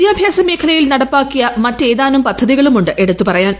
വിദ്യാഭ്യാസ മേഖലയിൽ നടപ്പാക്കിയ മറ്റ് ഏതാനും പദ്ധതികളുമുണ്ട് എടുത്തു പറയാൻ